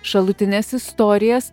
šalutines istorijas